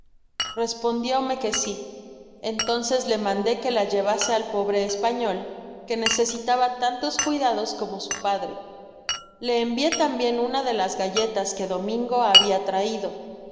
respondióme que si entonces le mandé que la llevase al pobre español que necesitaba tantos cuidados como su padre le envié tambien una de las galletas que domingo habia traido